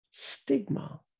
stigma